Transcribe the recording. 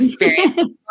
experience